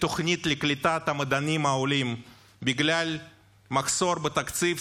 התוכנית לקליטת המדענים העולים בגלל מחסור בתקציב,